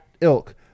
ilk